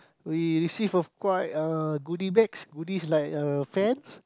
we receive of quite uh goodie bags goodies like uh fans